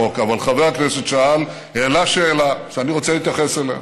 הכנסת טלב אבו עראר, נא לאפשר לראש הממשלה.